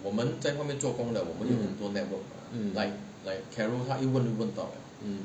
mm mm mm